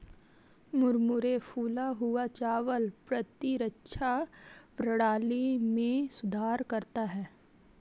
मुरमुरे फूला हुआ चावल प्रतिरक्षा प्रणाली में सुधार करता है